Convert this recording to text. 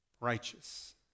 righteous